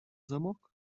замок